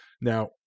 Now